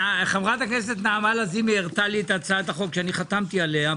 הכנסת נעמה לזימי הראתה לי את הצעת החוק שחתמתי עליה,